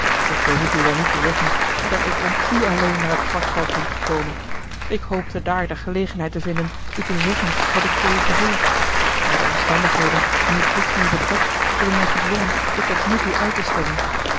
ik behoef u wel niet te zeggen dat ik om u alleen naar het schwarzwald ben gekomen ik hoopte daar de gelegenheid te vinden u te zeggen wat ik voor u gevoel maar de omstandigheden en uw plotseling vertrek hebben mij gedwongen dit tot nu toe uit te stellen